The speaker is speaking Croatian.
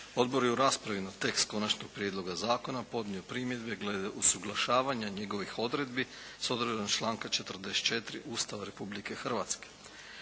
Odbor je i u raspravi na tekst konačnog prijedloga zakona podnio primjedbe glede usuglašavanja njegovih odredbi s odredbama članka 44. Ustava Republike Hrvatske.